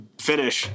finish